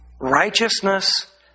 righteousness